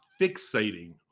fixating